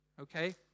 Okay